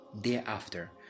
Thereafter